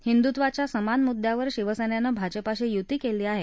हिंदुत्वाच्या समान मुद्यावर शिवसर्त्सीभाजपाशी युती कली आह